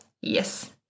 Yes